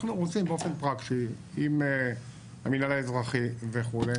אנחנו רוצים באופן פרקטי עם המינהל האזרחי וכו'